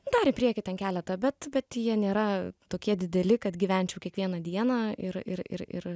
dar į priekį ten keletą bet bet jie nėra tokie dideli kad gyvenčiau kiekvieną dieną ir ir ir ir